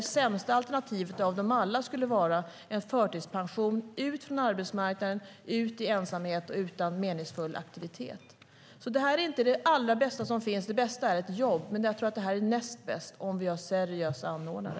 Det sämsta alternativet av dem alla skulle vara en förtidspension ut från arbetsmarknaden, ut i ensamhet och utan meningsfull aktivitet. Det här är inte det allra bästa som finns. Det bästa är ett jobb, men jag tror att det här är näst bäst om vi har seriösa anordnare.